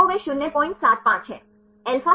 तो वह 075 है